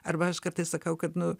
arba aš kartais sakau kad nu